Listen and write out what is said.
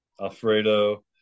Alfredo